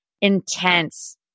intense